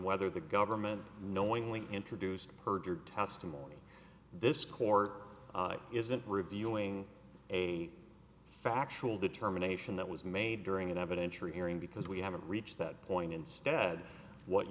whether the government knowingly introduced perjured testimony this court isn't reviewing a factual determination that was made during an evidentiary hearing because we haven't reached that point instead what